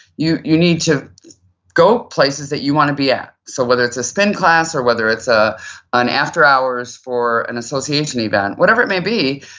you you need to go places you want to be at. so whether it's a spin class or whether it's ah an after hours for an association event, whatever it may be,